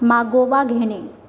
मागोवा घेणे